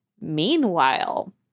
Meanwhile